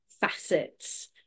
facets